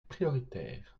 prioritaire